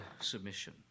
submission